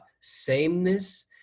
sameness